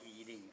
eating